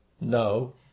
No